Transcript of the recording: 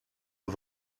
out